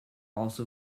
also